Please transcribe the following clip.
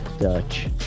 Dutch